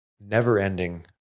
never-ending